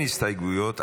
אין הסתייגויות,